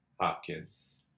Hopkins